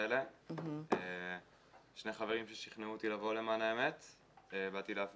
יש עוד תמונות שרואים אבל אני כבר אחרי